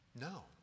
No